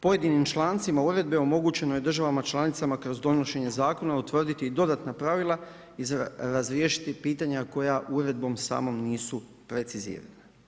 Pojedinim člancima uredbe omogućeno je državama članicama kroz donošenje zakona utvrditi i dodatna pravila i razriješiti pitanja koja uredbom samom nisu precizirani.